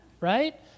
right